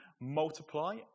multiply